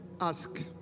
Ask